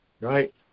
right